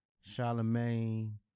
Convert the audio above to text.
Charlemagne